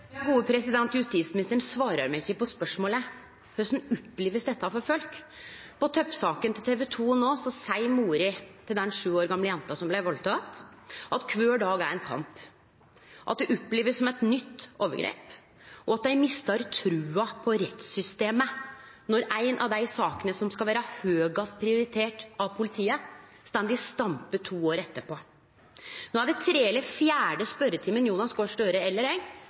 Justisministeren svarer meg ikkje på spørsmålet: Korleis opplever folk dette? I det som er toppsaka til TV2.no, seier mora til den sju år gamle jenta som blei valdteken, at kvar dag er ein kamp, at det blir opplevd som eit nytt overgrep, og at dei mistar trua på rettssystemet når ei av dei sakene som skal vere høgast prioritert av politiet, står i stampe to år etterpå. No er det tredje eller fjerde spørjetimen Jonas Gahr Støre eller